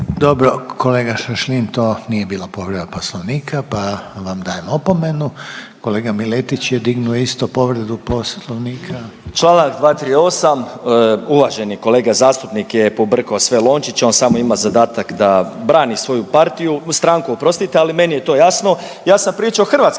Dobro, kolega Šašlin, to nije bila povreda Poslovnika pa vam dajem opomenu. Kolega Miletić je dignuo isto povredu Poslovnika. **Miletić, Marin (MOST)** Čl. 238, uvaženi kolega zastupnik je pobrkao sve lončiće, on samo ima zadatak da brani svoju partiju, stranku, oprostite, ali meni je to jasno. Ja sam pričao o hrvatskim